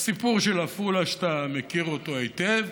הסיפור של עפולה, שאתה מכיר אותו היטב.